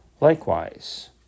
likewise